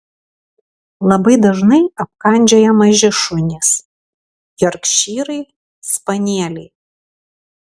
labai dažnai apkandžioja maži šunys jorkšyrai spanieliai